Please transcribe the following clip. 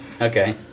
Okay